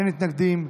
אין מתנגדים,